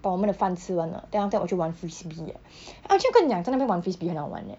把我们的饭吃完了 then after that 我就玩 frisbee eh actually 我就跟你讲在那边玩 frisbee 很好玩 leh